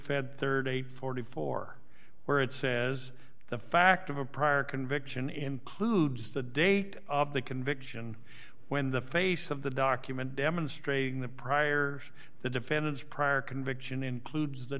and forty four dollars where it says the fact of a prior conviction includes the date of the conviction when the face of the document demonstrating the prior the defendant's prior conviction includes the